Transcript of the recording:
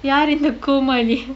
யார் இந்த கோமாளி:yaar intha komaali